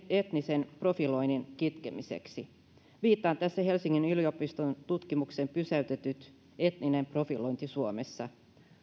etnisen profiloinnin kitkemiseksi viittaan tässä helsingin yliopiston tutkimukseen pysäytetyt etninen profilointi suomessa